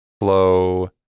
Flow